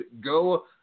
go